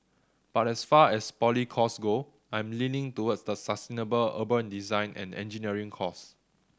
but as far as poly courses go I am leaning towards the sustainable urban design and engineering course